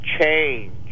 change